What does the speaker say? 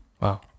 Wow